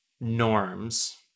norms